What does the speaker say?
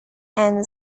and